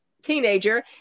Teenager